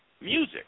music